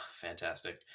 fantastic